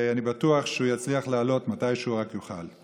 ואני בטוח שהוא יצליח לעלות מתי שהוא רק יוכל.